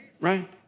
Right